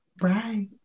right